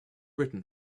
written